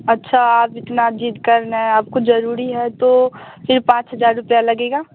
अच्छा आप इतना जिद करने हैं आपको जरुरी है तो सिर्फ पाँच हजार रुपया लगेगा